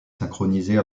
synchronisée